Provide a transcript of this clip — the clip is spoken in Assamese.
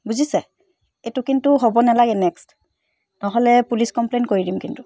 বুজিছে এইটো কিন্তু হ'ব নেলাগে নেক্সট নহ'লে পুলিচ কমপ্লেইন কৰি দিম কিন্তু